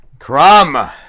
crumb